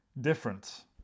different